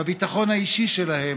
בביטחון האישי שלהם,